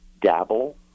dabble